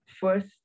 first